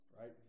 Right